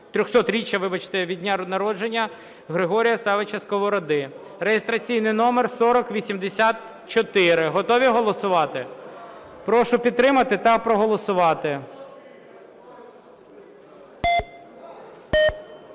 300-річчя від дня народження Григорія Савича Сковороди (реєстраційний номер 4084). Готові голосувати? Прошу підтримати та проголосувати.